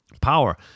Power